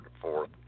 fourth